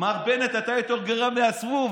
מר בנט, אתה יותר גרוע מהזבוב.